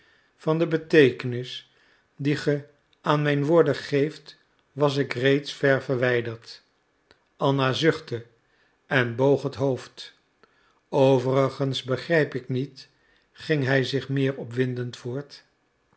van de beteekenis die ge aan mijn woorden geeft was ik steeds ver verwijderd anna zuchtte en boog het hoofd overigens begrijp ik niet ging hij zich meer opwindend voort